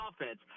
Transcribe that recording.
offense